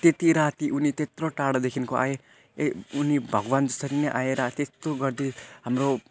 त्यति राति उनी त्यत्रो टाढादेखिको आए ए उनी भगवान्सरि नै आएर त्यस्तो गरिदिए हाम्रो